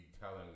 telling